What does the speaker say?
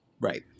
Right